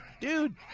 Dude